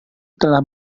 telah